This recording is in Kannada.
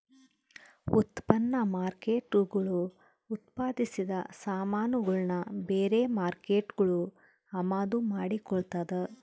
ಉತ್ಪನ್ನ ಮಾರ್ಕೇಟ್ಗುಳು ಉತ್ಪಾದಿಸಿದ ಸಾಮಾನುಗುಳ್ನ ಬೇರೆ ಮಾರ್ಕೇಟ್ಗುಳು ಅಮಾದು ಮಾಡಿಕೊಳ್ತದ